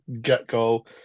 get-go